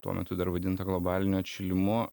tuo metu dar vadinta globaliniu atšilimu